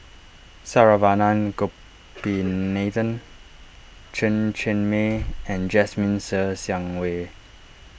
Saravanan Gopinathan Chen Cheng Mei and Jasmine Ser Xiang Wei